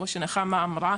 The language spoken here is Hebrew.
כמו שנחמה אמרה,